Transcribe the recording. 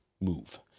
move